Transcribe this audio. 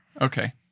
Okay